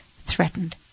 threatened